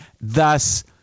thus –